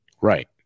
Right